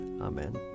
Amen